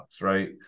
right